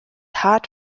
hart